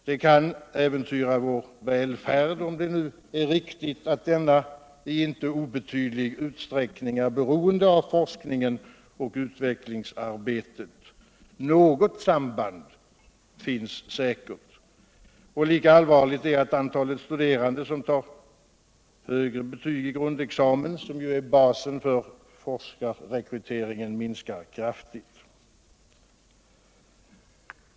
Det kan äventyra vår välfärd, om det är riktigt att denna i inte ringa utsträckning är beroende av forsknings och utvecklingsarbete — något samband finns säkert. Och lika allvarligt är att antalet studerande som tar högre betyg i grundexamen, som ju är basen för forskningsrekryteringen, minskar kraftigt.